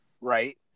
right